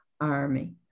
Army